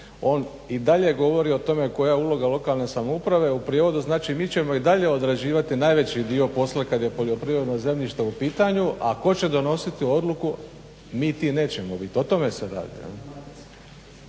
on i dalje govori o tome koja je uloga lokalne samouprave, u prijevodu znači mi ćemo i dalje odrađivati najveći dio posla kada je poljoprivredno zemljište u pitanju, a tko će donositi odluku. Mi ti nećemo biti. O tome se radi.